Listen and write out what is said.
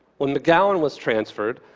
when mcgowan was transferred,